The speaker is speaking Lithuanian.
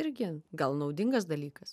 irgi gal naudingas dalykas